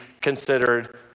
considered